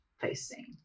facing